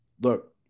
look